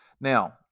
now